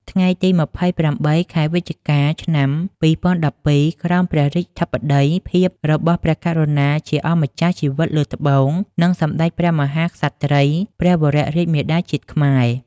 ថ្ងៃទី២៨ ខែវិច្ឆិកា ឆ្នាំ២០១២ ក្រោមព្រះរាជាធិបតីភាពរបស់ព្រះករុណាជាអម្ចាស់ជីវិតលើត្បូង និងសម្ដេចព្រះមហាក្សត្រីព្រះវររាជមាតាជាតិខ្មែរ។